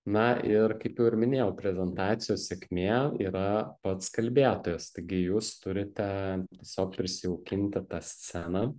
na ir kaip jau ir minėjau prezentacijos sėkmė yra pats kalbėtojas taigi jūs turite sau prisijaukinti tą sceną